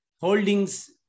Holdings